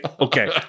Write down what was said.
okay